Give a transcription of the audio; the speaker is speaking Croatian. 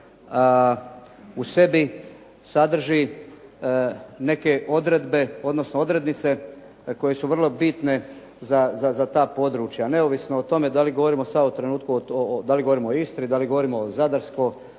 U sebi sadrži neke odredbe, odnosno odrednice koje su vrlo bitne za ta područja, neovisno o tome da li govorimo o Istri, da li govorimo o Zadarskoj